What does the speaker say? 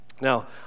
Now